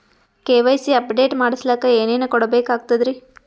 KYC update ಮಾಡಸ್ಲಕ ಏನೇನ ಕೊಡಬೇಕಾಗ್ತದ್ರಿ?